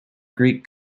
greek